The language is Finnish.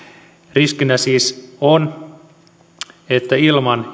riskinä siis on ja oli että ilman